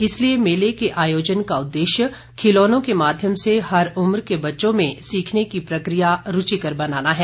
इसलिए मेले के आयोजन का उद्देश्य खिलौनों के माध्यम से हर उम्र के बच्चों में सीखने की प्रक्रिया रुचिकर बनाना है